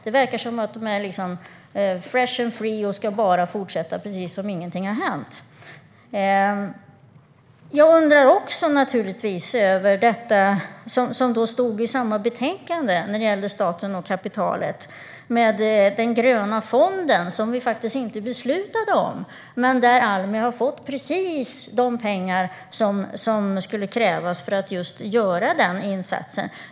Det verkar som att de är fresh and free och bara ska fortsätta, precis som om ingenting har hänt. Jag undrar också över det som stod i samma betänkande, Staten och kapitalet , om Gröna fonden. Denna beslutade vi inte om, men Almi har fått precis de pengar som skulle krävas för att göra den insatsen.